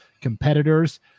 competitors